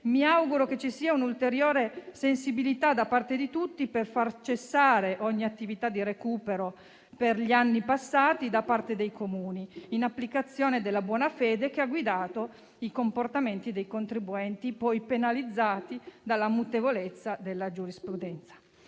mi auguro che ci sia un'ulteriore sensibilità da parte di tutti per far cessare ogni attività di recupero per gli anni passati da parte dei Comuni, in applicazione della buona fede che ha guidato i comportamenti dei contribuenti, poi penalizzati dalla mutevolezza della giurisprudenza.